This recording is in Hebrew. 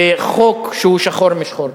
וחוק שהוא שחור משחור.